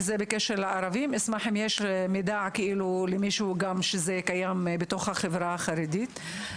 יש מידע שזה קיים גם בתוך החברה החרדית.